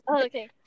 okay